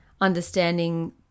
understanding